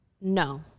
no